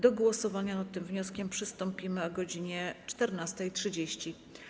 Do głosowania nad tym wnioskiem przystąpimy o godz. 14.30.